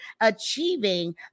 achieving